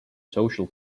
social